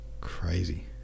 Crazy